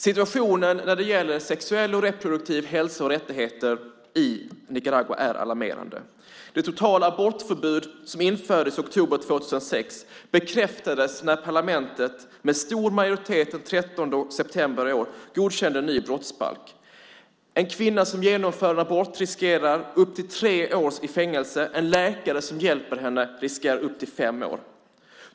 Situationen när det gäller sexuell och reproduktiv hälsa och rättigheter i Nicaragua är alarmerande. Det totala abortförbud som infördes i oktober 2006 bekräftades när parlamentet med stor majoritet den 13 september i år godkände en ny brottsbalk. En kvinna som genomför en abort riskerar upp till tre år i fängelse. En läkare som hjälper henne riskerar upp till fem år.